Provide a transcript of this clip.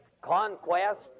conquest